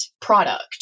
product